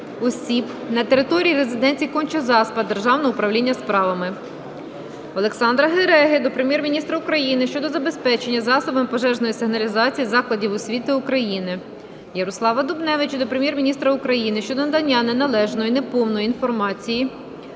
Олександра Гереги до Прем'єр-міністра України щодо забезпечення засобами пожежної сигналізації закладів освіти України. Ярослава Дубневича до Прем'єр-міністра України щодо надання неналежної/неповної інформації